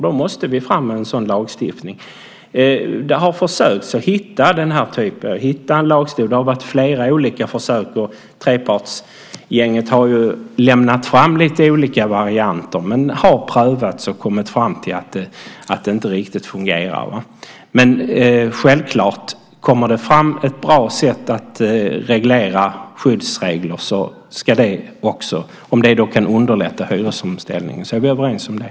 Då måste vi få fram en lagstiftning. Det har försökts att hitta en lagstiftning. Det har varit flera olika försök, och trepartsgänget har lämnat fram olika varianter. De har prövats, och man har kommit fram till att det inte riktigt fungerar. Men om det kommer fram ett bra sätt att reglera skyddsregler som kan underlätta hyresomställningen är vi självklart överens om det.